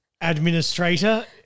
administrator